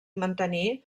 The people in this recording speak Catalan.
mantenir